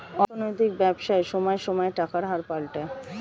অর্থনৈতিক ব্যবসায় সময়ে সময়ে টাকার হার পাল্টায়